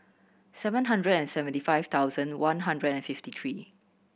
seven hundred and seventy five thousand one hundred and fifty three